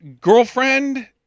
girlfriend